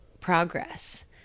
progress